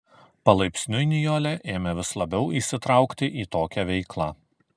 palaipsniui nijolė ėmė vis labiau įsitraukti į tokią veiklą